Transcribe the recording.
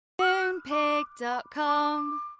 Moonpig.com